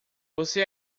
você